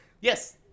yes